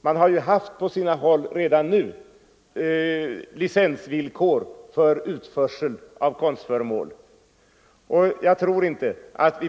Man har på sina håll redan nu licens som villkor för utförsel av konstföremål, och jag tror inte att